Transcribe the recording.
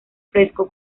fresco